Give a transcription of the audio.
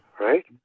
right